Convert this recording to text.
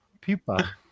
pupa